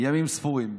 ימים ספורים,